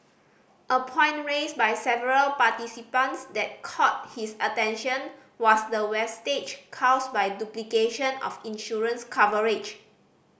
a point raised by several participants that caught his attention was the wastage caused by duplication of insurance coverage